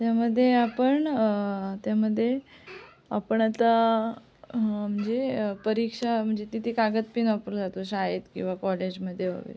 त्यामध्ये आपण त्यामध्ये आपण आता म्हणजे परीक्षा म्हणजे तिथे कागद पेन वापरला जातो शाळेत किंवा कॉलेजमध्ये वगैरे